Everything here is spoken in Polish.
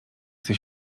chce